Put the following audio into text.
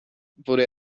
wurde